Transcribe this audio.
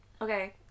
Okay